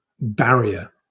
barrier